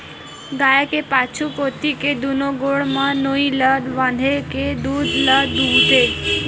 गाय के पाछू कोती के दूनो गोड़ म नोई ल बांधे के दूद ल दूहूथे